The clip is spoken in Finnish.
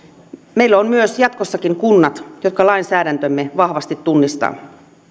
meillä on myös jatkossakin kunnat jotka lainsäädäntömme vahvasti tunnistaa